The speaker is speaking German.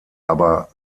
aber